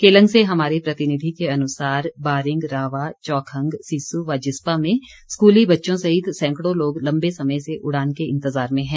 केलंग से हमारे प्रतिनिधि के अनुसार बारिंग रावा चौखंग सीस्सू व जिस्पा में स्कूली बच्चों सहित सैंकड़ों लोग लंबे समय से उड़ान के इंतज़ार में है